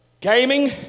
Gaming